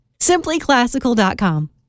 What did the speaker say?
Simplyclassical.com